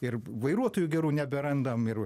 ir vairuotojų gerų neberandam ir